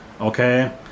Okay